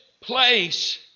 place